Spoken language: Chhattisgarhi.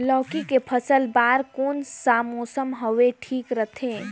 लौकी के फसल बार कोन सा मौसम हवे ठीक रथे?